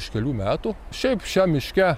iš kelių metų šiaip šiam miške